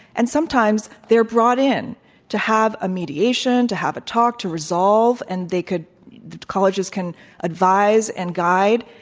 and sometimes they're brought in to have a mediation, to have a talk, to resolve, and they could colleges can advise and guide.